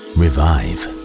revive